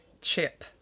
chip